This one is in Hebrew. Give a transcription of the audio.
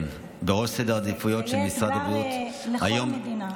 זה יהיה אתגר בכל המדינה.